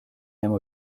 même